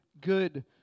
good